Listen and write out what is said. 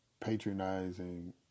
Patronizing